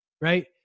Right